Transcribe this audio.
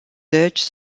deci